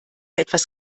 etwas